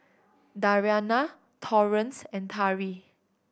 Dariana Torrance and Tari